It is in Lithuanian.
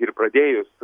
ir pradėjus